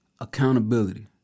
accountability